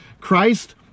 christ